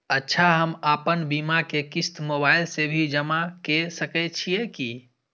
अच्छा हम आपन बीमा के क़िस्त मोबाइल से भी जमा के सकै छीयै की?